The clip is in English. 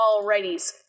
Alrighties